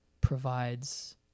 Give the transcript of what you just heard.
provides